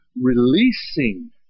Releasing